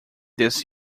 this